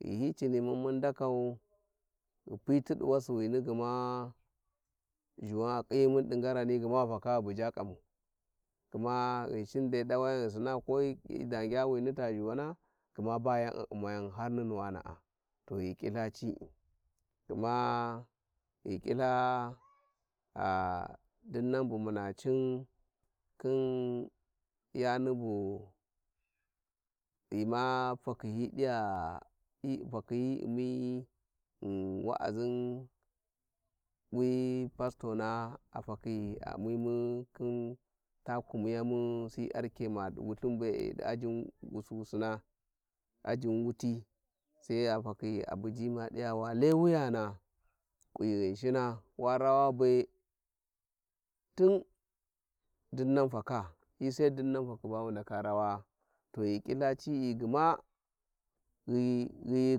Gihi hi cinimun mun ndakau ghi pi ti di wasiwinn gma zhuwan a khiyimun di ngarani gma ghi taka dai buja kam kamu gma ghinshin dai lawargan ghi sina ko hi dangya wini tazherona gma bayan mayan har hunuwana to ghi falltha cito gma ghi kiltha dinnan bu muna cin khin yani bu ghi ma fakhi hi diya hi diya hi fakhi u'mi wa'azin wi pastong a fakhi a u`mimu khin ta lounsiya mu C.R.K. ma fi wilthing be`e wusu wusurzg ajin wuti, sai a dakhi a bujima a diya wa rawa be tun dinnan fakas hi sai dininan fakhi ba wa daga rawas, to ghi feiltha cii gma ghi ghu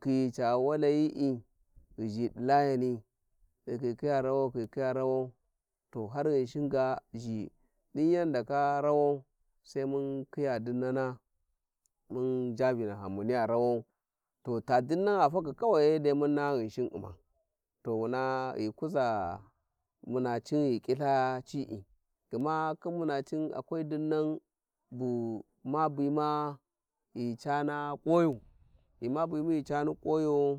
khaya, es walayi'c ghi zhi di layani ghi bee khi- khiys rawau, ghi khi- khiya rawau to har ghinshin ga zhi din yan ndaka rawau sai mun khanys dinnana mun inja, ya vinahan mumiya rawau. to ta dinnan gha falchi kwan sai mun naha Ghinshin umgu to wuna ghi kuza muna cin ghi kilthe ci gma khín muna cin akwal dimnanbuma bima ghi cana kuwayo ghi ma bimu ghi cani kuwayo.